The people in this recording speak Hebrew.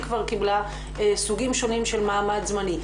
כבר קיבלה סוגים שונים של מעמד זמני.